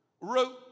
wrote